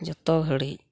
ᱡᱚᱛᱚ ᱜᱷᱟᱹᱲᱤᱡ